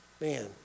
Man